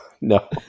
No